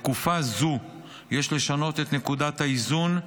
בתקופה זו יש לשנות את נקודת האיזון,